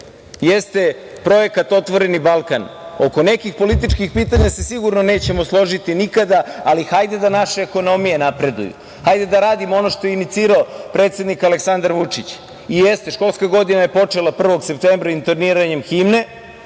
jeste projekat „Otvoreni Balkan“. Oko nekih političkih pitanja se sigurno nećemo složiti nikada, ali hajde da naše ekonomije napreduju. Hajde da radimo ono što je inicirao predsednik Aleksandar Vučić. Jeste, školska godina je počela 1. septembra intoniranjem himne.